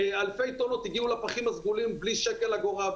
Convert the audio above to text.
אלפי טונות הגיעו לפחים הסגולים בלי שקל אגורה,